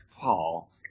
Paul